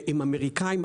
עם אמריקאים,